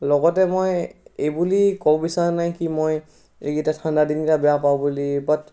লগতে মই এই বুলি ক'ব বিচৰা নাই কি মই এইকেইটা ঠাণ্ডা দিনকেইটা বেয়া পাওঁ বুলি বাট